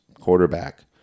quarterback